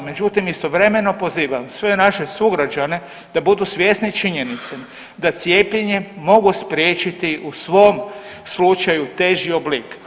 Međutim, istovremeno pozivam sve naše sugrađane da budu svjesni činjenice da cijepljenjem mogu spriječiti u svom slučaju teži oblik.